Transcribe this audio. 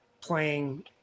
playing